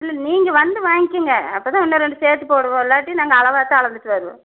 இல்லை நீங்கள் வந்து வாங்கிக்கோங்க அப்போதான் இன்னும் ரெண்டு சேர்த்து போடுவோம் இல்லாட்டி நாங்கள் அளவாகத்தான் அளந்துட்டு வருவோம்